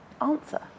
answer